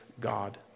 God